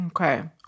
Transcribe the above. Okay